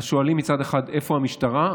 ואז שואלים מצד אחד איפה המשטרה,